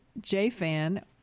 JFAN